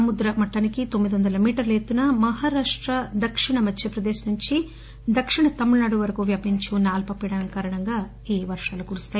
సముద్ర మట్లానికి సున్న పాయింట్ తొమ్మిది కిలోమీటర్ల ఎత్తున మహారాష్ట దక్షిణ మధ్యప్రదేశ్ నుంచి దక్షిణ తమిళనాడు వరకు వ్యాపించి ఉన్న అల్పపీడనం కారణంగా ఈ వర్షాలు కురుస్తాయి